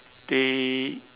they